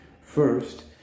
First